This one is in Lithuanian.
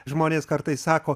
žmonės kartais sako